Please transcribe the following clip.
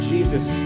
Jesus